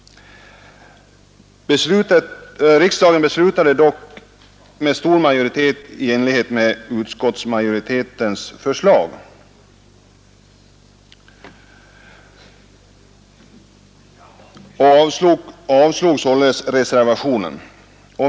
Riksdagen beslutade dock i enlighet med utskottsmajoritetens förslag och avslog således reservationen.